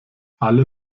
alle